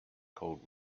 called